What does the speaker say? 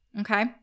Okay